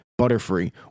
Butterfree